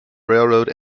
railroad